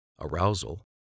arousal